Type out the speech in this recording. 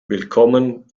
willkommen